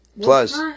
Plus